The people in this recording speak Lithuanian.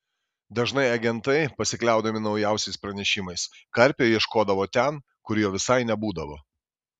dažnai agentai pasikliaudami naujausiais pranešimais karpio ieškodavo ten kur jo visai nebūdavo